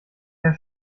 herr